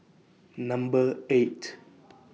Number eight